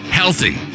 healthy